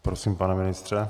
Prosím, pane ministře.